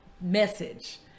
message